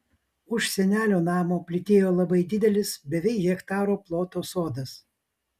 už senelių namo plytėjo labai didelis beveik hektaro ploto sodas